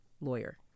lawyer